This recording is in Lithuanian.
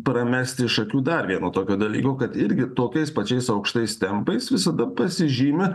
pramesti iš akių dar vieno tokio dalyko kad irgi tokiais pačiais aukštais tempais visada pasižymi